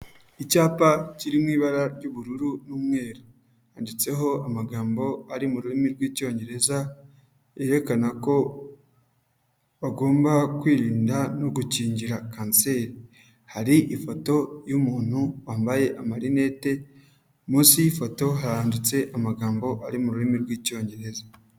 Icyapa kir mu ibara ry'ubururu n'umweru, handitseho amagambo ari mu rurimi rw'Icyongereza yerekana ko bagomba kwirinda no gukingira kanseri, hari ifoto y'umuntu wambaye amarinete, munsi y'ifoto handitse amagambo ari mu rurimi rw'Icyongereza.